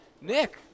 Nick